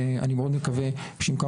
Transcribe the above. אני מתמחה בילדים בבית חולים שיבא.